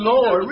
Lord